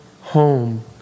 home